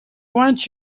want